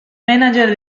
manager